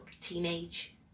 teenage